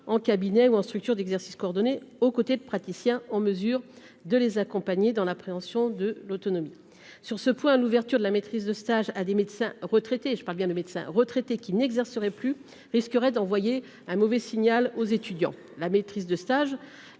en cabinet ou en structure d'exercice coordonné aux côté de praticiens en mesure de les accompagner dans l'appréhension de l'autonomie sur ce point à l'ouverture de la maîtrise de stage à des médecins retraités, je parle bien de médecins retraités qui n'exercerait plus risquerait d'envoyer un mauvais signal aux étudiants, la maîtrise de stage